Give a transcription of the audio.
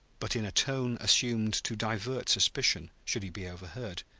but in a tone assumed to divert suspicion, should he be overheard.